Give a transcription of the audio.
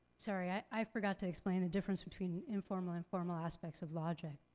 sorry i forgot to explain the difference between informal and formal aspects of logic.